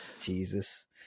jesus